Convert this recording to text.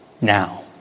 now